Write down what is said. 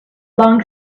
bank